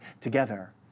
together